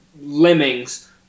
lemmings